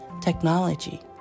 technology